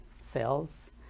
cells